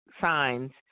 signs